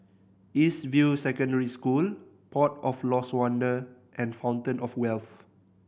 East View Secondary School Port of Lost Wonder and Fountain Of Wealth